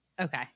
Okay